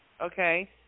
okay